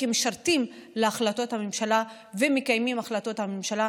כמשרתים של החלטות הממשלה וכמקיימים את החלטות הממשלה,